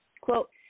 Quote